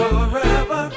Forever